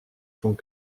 font